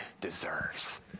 deserves